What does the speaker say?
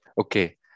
Okay